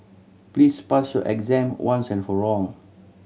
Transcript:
please pass your exam once and for all